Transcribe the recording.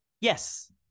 Yes